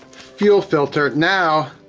fuel filter. now,